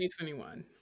2021